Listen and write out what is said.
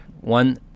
One